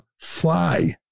fly